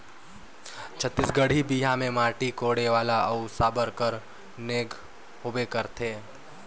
छत्तीसगढ़ी बिहा मे माटी कोड़े वाला अउ साबर कर नेग होबे करथे